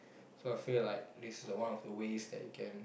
so I feel like this are one of the ways which we can